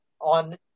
on